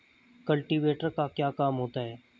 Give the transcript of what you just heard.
Cultivator का क्या काम होता है?